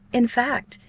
in fact,